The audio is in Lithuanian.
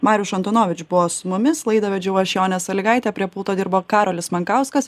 marijuš antonovič buvo su mumis laidą vedžiau aš jonė saligaitė prie pulto dirbo karolis mankauskas